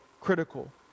critical